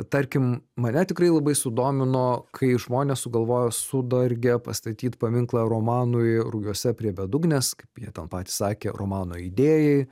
tarkim mane tikrai labai sudomino kai žmonės sugalvojo sudargė pastatyti paminklą romanui ir rugiuose prie bedugnės jie tą patį sakė romano idėjai